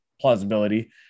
plausibility